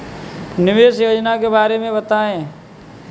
निवेश योजना के बारे में बताएँ?